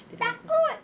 takut